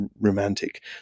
Romantic